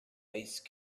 ice